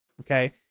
okay